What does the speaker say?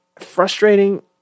frustrating